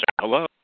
hello